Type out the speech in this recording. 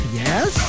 yes